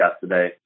today